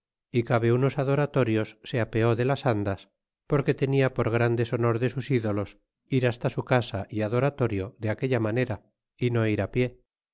y cabe unos adora torios se apeó de las andas porque tenia por gran deshonor de sus ídolos ir hasta su casa é adoratorio de aquella menera y no ir pie